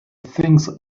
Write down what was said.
things